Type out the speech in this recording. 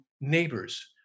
neighbors